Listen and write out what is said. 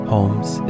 Holmes